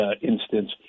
instance